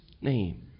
name